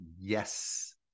yes